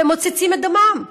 ומוצצים את דמם.